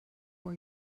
for